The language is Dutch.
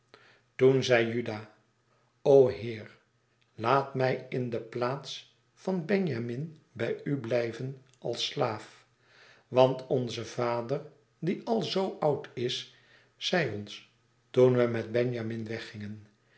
toen zei juda o heer laat mij in de plaats van benjamin bij u blijven als slaaf want onze vader die al zoo oud is zei ons toen we met benjamin weggingen